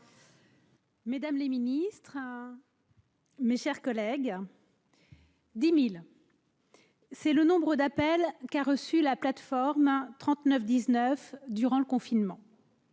mesdames les ministres, mes chers collègues, 10 000, c'est le nombre d'appels qu'a reçu la plateforme 3919 durant le confinement,